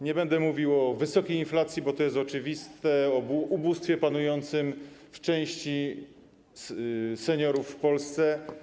Nie będę mówił o wysokiej inflacji, bo to jest oczywiste, o ubóstwie panującym w przypadku części seniorów w Polsce.